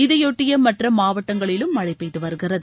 இதையொட்டிய மற்ற மாவட்டங்களிலும மழை பெய்து வருகிறது